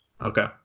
okay